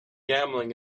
gambling